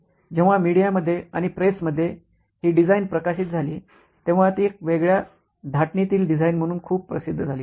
जेव्हा मीडिया मध्ये आणि प्रेसमध्ये हि डिझाईन प्रकाशित झाली तेव्हा ती एक वेगळ्या धाटणी तील डिझाईन म्हणून खूप प्रसिद्ध झाली